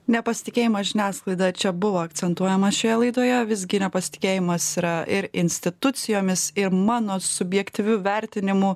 nepasitikėjimas žiniasklaida čia buvo akcentuojamas šioje laidoje visgi nepasitikėjimas yra ir institucijomis ir mano subjektyviu vertinimu